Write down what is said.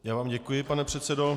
Já vám děkuji, pane předsedo.